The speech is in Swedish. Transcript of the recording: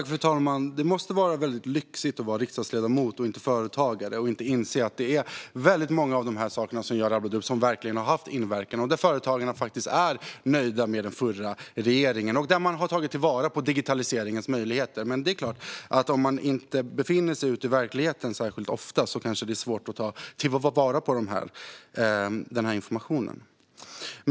Fru talman! Det måste vara väldigt lyxigt att vara riksdagsledamot och inte företagare och därför inte inse att det är väldigt många av de saker som jag rabblade upp som verkligen har haft inverkan, och företagarna är nöjda med att den förra regeringen har tagit till vara digitaliseringens möjligheter. Men det är klart att om man inte befinner sig ute i verkligheten särskilt ofta är det kanske svårt att ta vara på den informationen.